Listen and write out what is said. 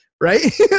right